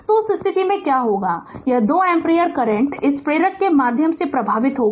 तो उस स्थिति में क्या होगा यह 2 एम्पीयर करंट इस प्रेरक के माध्यम से प्रवाहित होगा